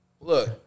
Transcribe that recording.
Look